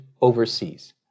overseas